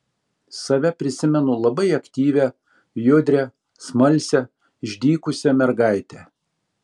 save prisimenu labai aktyvią judrią smalsią išdykusią mergaitę